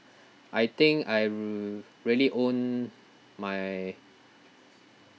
I think I'm really owe my